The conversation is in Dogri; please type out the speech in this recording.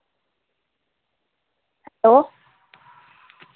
लो